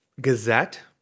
Gazette